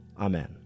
Amen